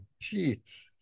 Jeez